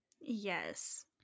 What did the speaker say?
Yes